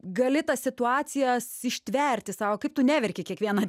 gali tas situacijas ištverti sau kaip tu neverki kiekvieną